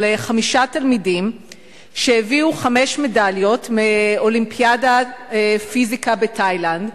על חמישה תלמידים שהביאו חמש מדליות מאולימפיאדת פיזיקה בתאילנד,